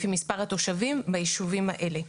לפי מספר התושבים בישובים האלה.